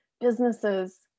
businesses